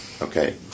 okay